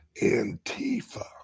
Antifa